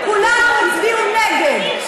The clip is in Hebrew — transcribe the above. כולם הצביעו נגד.